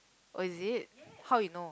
oh is it how you know